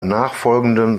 nachfolgenden